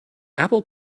apple